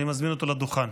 אני מזמין אותו לדוכן.